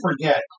forget